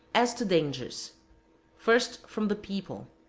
as to dangers first, from the people.